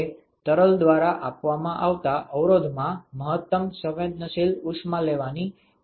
તે તરલ દ્વારા આપવામાં આવતા અવરોધમાં મહતમ સંવેદનશીલ ઉષ્મા લેવાની ક્ષમતા છે